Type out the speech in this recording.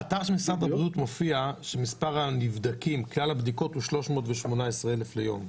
באתר של משרד הבריאות מופיע שכלל הבדיקות הוא 318 אלף ליום.